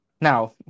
Now